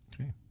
Okay